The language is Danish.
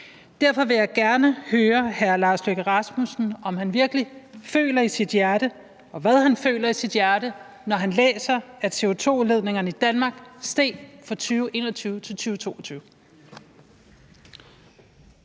Derfor vil jeg gerne høre hr. Lars Løkke Rasmussen, om han virkelig føler noget i sit hjerte, og hvad han føler i sit hjerte, når han læser, at CO2-udledningerne i Danmark steg fra 2021 til 2022.